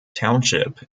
township